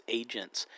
agents